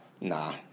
Nah